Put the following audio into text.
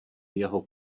jeho